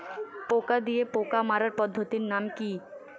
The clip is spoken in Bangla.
পোকা দিয়ে পোকা মারার পদ্ধতির নাম কি?